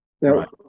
Right